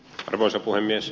arvoisa puhemies